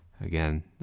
Again